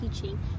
teaching